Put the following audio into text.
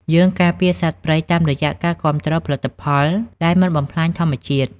យើងការពារសត្វព្រៃតាមរយៈការគាំទ្រផលិតផលដែលមិនបំផ្លាញធម្មជាតិ។